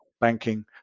banking